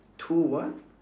two what